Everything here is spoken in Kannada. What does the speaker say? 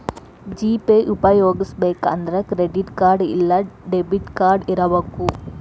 ಜಿ.ಪೇ ಉಪ್ಯೊಗಸ್ಬೆಕಂದ್ರ ಕ್ರೆಡಿಟ್ ಕಾರ್ಡ್ ಇಲ್ಲಾ ಡೆಬಿಟ್ ಕಾರ್ಡ್ ಇರಬಕು